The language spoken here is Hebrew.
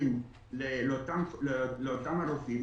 לתקנים לאותם הרופאים,